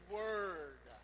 word